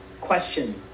question